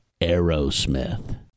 Aerosmith